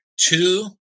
two